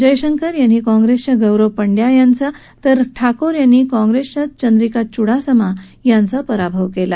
जयशंकर यांनी काँप्रेसच्या गौरव पांड्या यांचा तर ठाकोर यांनी काँग्रेसच्याच चंद्रिका चुडासामा यांचा पराभव केला